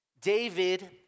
David